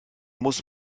muss